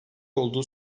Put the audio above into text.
olduğu